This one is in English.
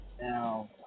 now